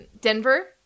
Denver